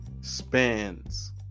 spans